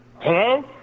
Hello